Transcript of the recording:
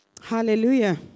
Hallelujah